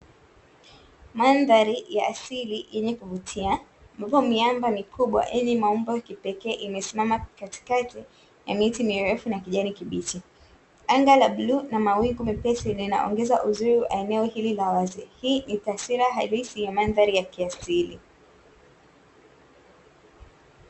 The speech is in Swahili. Mandhari ya asili yenye kuvutia, ambapo miamba mikubwa yenye maumbo ya kipekee imesimama katikati ya miti mirefu na kijani kibichi. Anga la bluu na mawingu mepesi linaongeza uzuri wa eneo hilo la wazi. Hii ni taswira halisi ya mandhari ya kiasili.